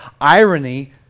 irony